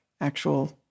actual